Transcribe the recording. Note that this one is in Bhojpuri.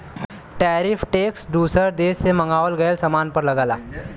टैरिफ टैक्स दूसर देश से मंगावल गयल सामान पर लगला